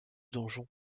donjon